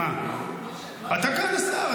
אמסלם --- אתה כאן השר.